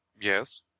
Yes